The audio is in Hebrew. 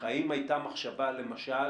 האם הייתה מחשבה, למשל